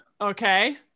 Okay